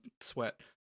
sweat